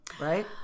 Right